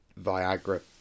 Viagra